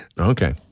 okay